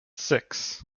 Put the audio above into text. six